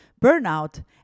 burnout